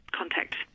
contact